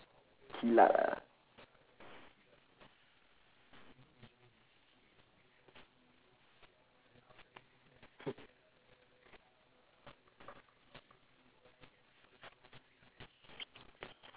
kilat ah